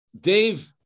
Dave